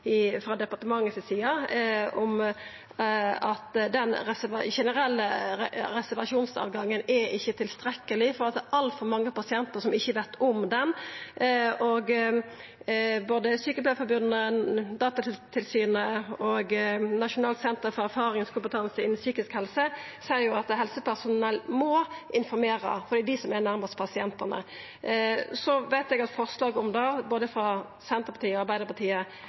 var frå departementet sin side, om at den generelle reservasjonsmoglegheita ikkje er tilstrekkeleg, fordi det er altfor mange pasientar som ikkje veit om ho. Både Sjukepleiarforbundet, Datatilsynet og Nasjonalt senter for erfaringskompetanse innan psykisk helse seier at helsepersonell må informera, for det er dei som er nærast pasientane. Så veit eg at forslag om det, både frå Senterpartiet og Arbeidarpartiet,